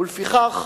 לפיכך,